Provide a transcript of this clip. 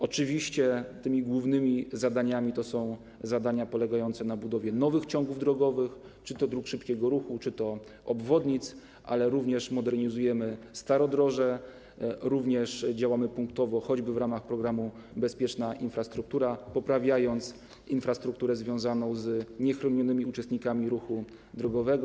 Oczywiście tymi głównymi zadaniami są zadania polegające na budowie nowych ciągów drogowych, czy to dróg szybkiego ruchu, czy to obwodnic, ale ponadto modernizujemy również starodroże, działamy punktowo, choćby w ramach tzw. programu bezpieczna infrastruktura, poprawiając infrastrukturę związaną z niechronionymi uczestnikami ruchu drogowego.